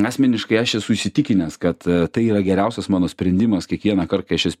asmeniškai aš esu įsitikinęs kad tai yra geriausias mano sprendimas kiekvienąkart kai aš jas